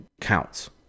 counts